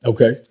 Okay